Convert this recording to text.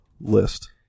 list